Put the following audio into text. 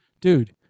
Dude